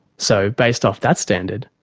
so, based off that standard,